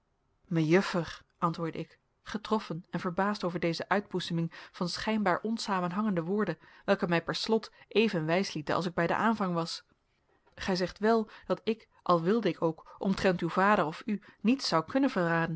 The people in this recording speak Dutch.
mejuffer antwoordde ik getroffen en verbaasd over deze uitboezeming van schijnbaar onsamenhangende woorden welke mij per slot even wijs lieten als ik bij den aanvang was gij zegt wèl dat ik al wilde ik ook omtrent uw vader of u niets zou kunnen verraden